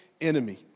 enemy